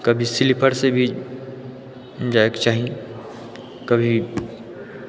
कभी स्लीपर से भी जाय के चाही कभी